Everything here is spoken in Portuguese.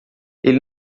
ele